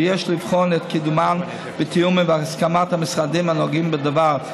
ויש לבחון את קידומן בתיאום ובהסכמת המשרדים הנוגעים בדבר,